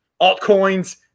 Altcoins